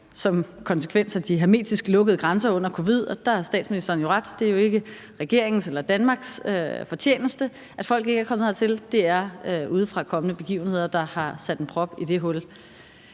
som konsekvens af de hermetisk lukkede grænser under covid. Der har statsministeren jo ret: Det er jo ikke regeringens eller Danmarks fortjeneste, at folk ikke er kommet hertil; det er udefrakommende begivenheder, der har sat en prop i det hul.